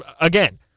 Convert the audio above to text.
again